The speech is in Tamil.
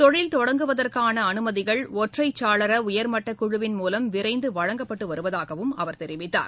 தொழில் தொடங்குவதற்கான அனுமதிகள் ஒற்றைச் சாளர உயர்மட்டக்குழுவின் மூலம் விரைந்து வழங்கப்பட்டு வருவதாகவும் அவர் தெரிவித்தார்